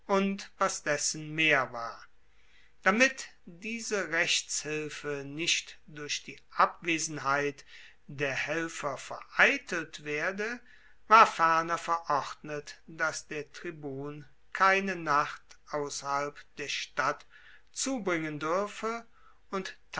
und was dessen mehr war damit diese rechtshilfe nicht durch die abwesenheit der helfer vereitelt werde war ferner verordnet dass der tribun keine nacht ausserhalb der stadt zubringen duerfe und